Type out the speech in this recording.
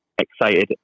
excited